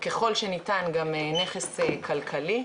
י"ב בכסלו תשפ"ב במסגרת ציון יום הגנת הסביבה: